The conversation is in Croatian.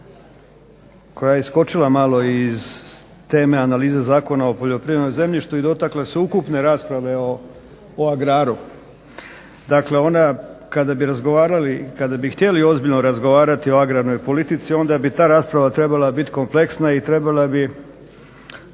koja je iskočila iz teme analize Zakona o poljoprivrednom zemljištu i dotakla se ukupne rasprave o agraru. Dakle onda kada bi razgovarali i kada bi htjeli ozbiljno razgovarati o agrarnoj politici onda bi ta rasprava trebala biti kompleksna i treba bi